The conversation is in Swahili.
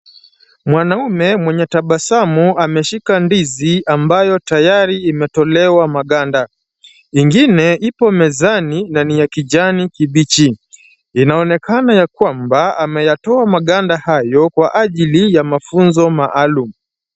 Mwanaume mwenye tabasamu, ameshika ndizi ambayo tayari imetolewa maganda. Ingine ipo mezani na ni ya kijani kibichi, inaonekana ya kwamba ameyatoa maganda hayo kwa ajili ya mafunzo maalum.